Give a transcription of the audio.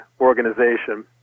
organization